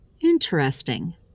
Interesting